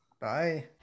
bye